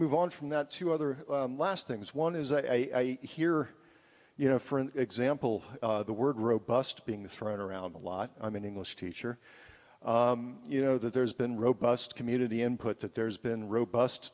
move on from that to other last things one is that i hear you know for example the word robust being thrown around a lot i'm an english teacher you know that there's been robust community input that there's been robust